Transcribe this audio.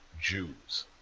Jews